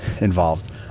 involved